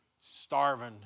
starving